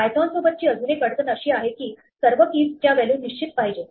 Python सोबतची अजून एक अडचण अशी आहे की सर्व keys च्या व्हॅल्यूज निश्चित पाहिजे